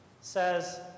says